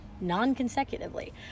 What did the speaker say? non-consecutively